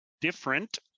different